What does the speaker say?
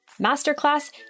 masterclass